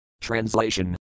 Translation